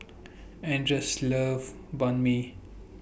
Anders loves Banh MI